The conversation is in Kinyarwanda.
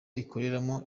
ikoreramo